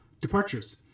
departures